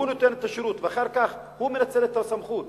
הוא נותן את השירות ואחר כך הוא מנצל את הסמכות